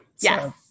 Yes